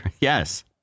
yes